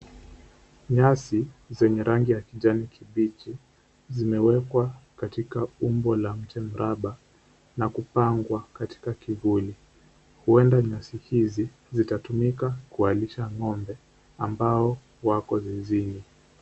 Nyasi zenye rangi ya kijani kibichi zimeekwa katika umbo la mche mraba na kupangwa katika kivuli, huenda nyasi hizi zitatumika kuwalisha ng'ombe ambao wako zizini.